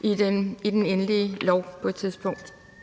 i den endelige lov på et tidspunkt.